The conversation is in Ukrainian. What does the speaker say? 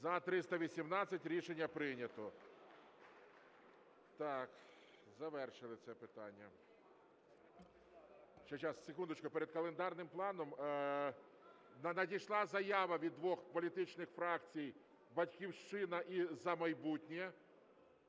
За-318 Рішення прийнято. Завершили це питання. Секундочку, перед календарним планом… Надійшла заява від двох політичних фракцій, "Батьківщина" і "За майбутнє"